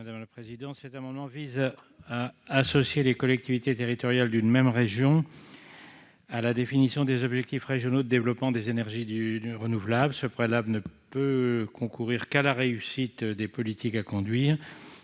Malhuret. Cet amendement vise à associer les collectivités territoriales d'une même région à la définition des objectifs régionaux de développement des énergies renouvelables. Ce préalable ne peut concourir qu'à la réussite des politiques à conduire